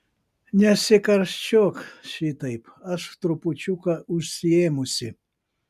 nesikarščiuok šitaip aš trupučiuką užsiėmusi